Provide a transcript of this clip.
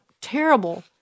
terrible